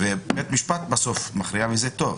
בסוף בית המשפט מכריע וזה טוב.